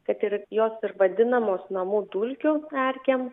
kad ir jos ir vadinamos namų dulkių erkėm